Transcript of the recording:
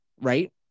Right